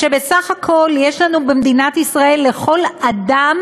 שבסך הכול יש לנו במדינת ישראל לכל אדם